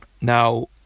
now